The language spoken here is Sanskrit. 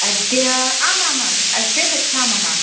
अद्य आम् आम् आम् अद्य गच्छामः